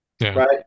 Right